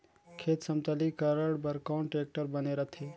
खेत समतलीकरण बर कौन टेक्टर बने रथे?